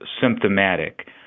symptomatic